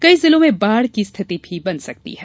कई जिलों में बाढ की स्थिति भी बन सकती है